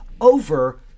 over